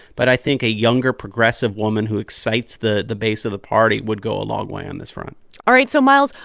but i think a younger progressive woman who excites the the base of the party would go a long way on this front all right. so miles,